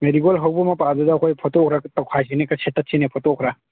marigold ꯍꯧꯕ ꯃꯄꯥꯗꯨꯗ ꯑꯩꯈꯣꯏ ꯐꯣꯇꯣ ꯈꯔ ꯇꯧꯈꯥꯏꯁꯤꯅꯦ ꯈꯔ ꯁꯦꯠꯇꯠꯁꯤꯅꯦ ꯐꯣꯇꯣ ꯈꯔ